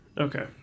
Okay